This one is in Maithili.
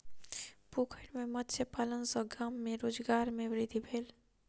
पोखैर में मत्स्य पालन सॅ गाम में रोजगार में वृद्धि भेल